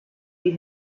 wie